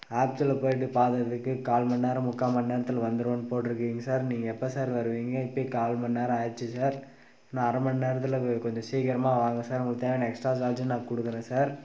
ஆப்ஸில் போய்ட்டு பார்த்ததுக்கு கால் மணிநேரம் முக்கால் மணிநேரத்துல வந்துடும்னு போட்டுருக்கிங்க சார் நீங்கள் எப்போ சார் வருவீங்க இப்போ கால் மணிநேரம் ஆகிடுச்சு சார் இன்னும் அரை மணிநேரத்துல கொஞ்சம் சீக்கிரமாக வாங்க சார் உங்களுக்கு தேவையான எக்ஸ்ட்டா சார்ஜும் நான் கொடுக்கறேன் சார்